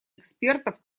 экспертов